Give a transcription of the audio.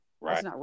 right